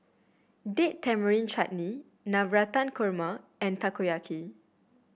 Date Tamarind Chutney Navratan Korma and Takoyaki